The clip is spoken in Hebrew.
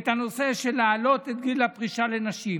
את הנושא של העלאת את גיל הפרישה לנשים.